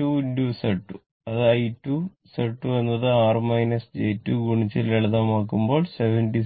2 Z2 ഇതാണ് I2 Z2 എന്നത് 6 j 2 ഗുണിച്ച് ലളിതമാക്കുമ്പോൾ 76